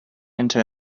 into